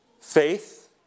faith